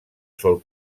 sol